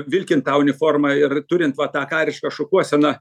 vilkint tą uniformą ir turint va tą karišką šukuoseną